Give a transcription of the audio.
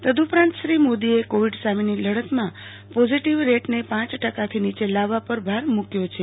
તદુપરાંત શ્રી મોદીએ કોવિડ સામેની લડતમાં પોઝિટીવ રેટને પાંચ ટકાથી નીચે લાવવા પર ભાર મુક્યો છે